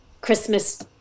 Christmas